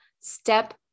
step